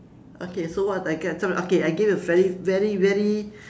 okay so what I get so okay I get a very very very